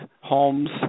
homes